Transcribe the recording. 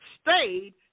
stayed